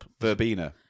verbena